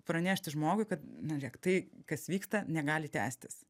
pranešti žmogui kad na žiūrėk tai kas vyksta negali tęstis